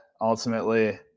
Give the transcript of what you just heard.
ultimately